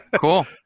cool